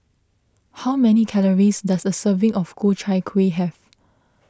how many calories does a serving of Ku Chai Kuih have